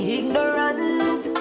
ignorant